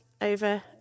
over